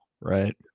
Right